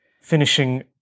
finishing